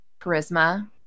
charisma